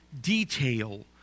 detail